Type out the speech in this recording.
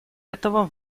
этого